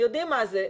אנחנו יודעים מה זה,